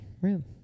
room